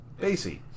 Basie